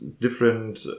different